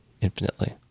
infinitely